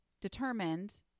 determined